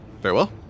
Farewell